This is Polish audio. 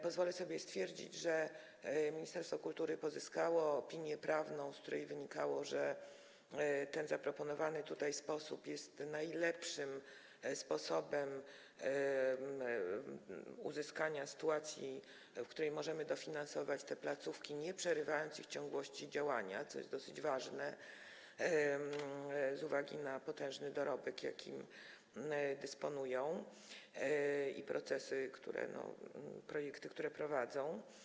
Pozwolę sobie stwierdzić, że ministerstwo kultury pozyskało opinię prawną, z której wynikało, że ten zaproponowany tutaj sposób jest najlepszym sposobem doprowadzenia do sytuacji, w której możemy dofinansowywać te placówki, nie przerywając ich ciągłości działania, co jest dosyć ważne z uwagi na potężny dorobek, jakim dysponują, i projekty, które prowadzą.